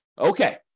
Okay